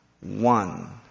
one